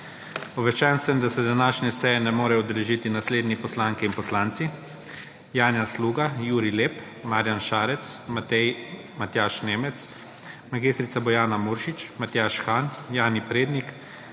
Obveščen sem, da se današnje seje ne morejo udeležiti naslednji poslanke in poslanci: